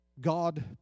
God